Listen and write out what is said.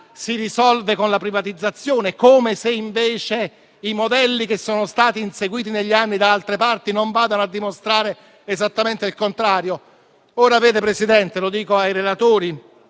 si risolva con la privatizzazione, come se invece i modelli che sono stati inseguiti negli anni da altre parti non dimostrassero esattamente il contrario? Signor Presidente, lo dico ai relatori,